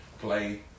play